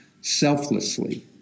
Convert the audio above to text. selflessly